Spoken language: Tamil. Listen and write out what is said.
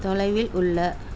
தொலைவில் உள்ள